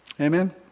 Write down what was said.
Amen